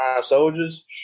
soldiers